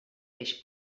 peix